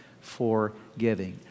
Forgiving